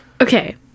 Okay